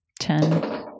Ten